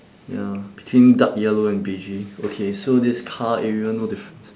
ya between dark yellow and beigey okay so this car area no difference